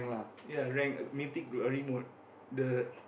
ya rank Mythic-Glory mode the